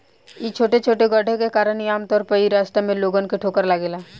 इ छोटे छोटे गड्ढे के कारण ही आमतौर पर इ रास्ता में लोगन के ठोकर लागेला